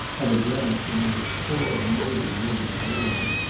have a glance into this poor murdered woman's room.